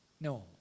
no